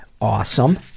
Awesome